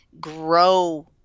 grow